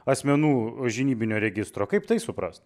asmenų žinybinio registro kaip tai suprast